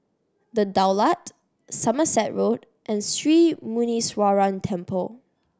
The Daulat Somerset Road and Sri Muneeswaran Temple